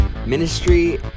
ministry